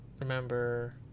remember